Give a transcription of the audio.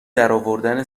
درآوردن